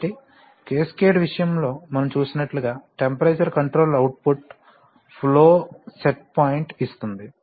కాబట్టి క్యాస్కేడ్ విషయంలో మనం చూసినట్లుగా temperature controller output flow set point ఇస్తుంది